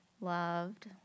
loved